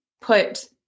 put